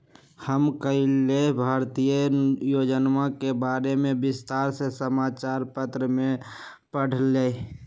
हम कल्लेह भारतीय योजनवन के बारे में विस्तार से समाचार पत्र में पढ़ लय